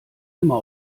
immer